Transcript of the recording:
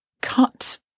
cut